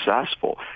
successful